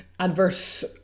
adverse